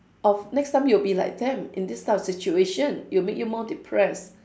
of next time you will be like them in this type of situation it will make you more depressed